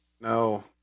No